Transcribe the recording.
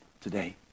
today